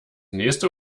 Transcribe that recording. nächste